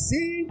See